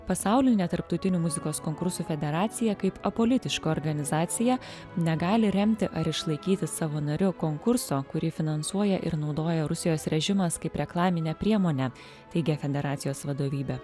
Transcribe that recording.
pasaulinė tarptautinių muzikos konkursų federacija kaip apolitiška organizacija negali remti ar išlaikyti savo nariu konkurso kurį finansuoja ir naudoja rusijos režimas kaip reklaminę priemonę teigia federacijos vadovybė